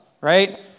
Right